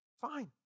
fine